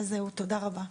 אז זהו, תודה רבה.